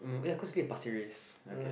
um ya cause you live in Pasir-Ris okay